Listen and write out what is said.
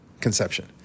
conception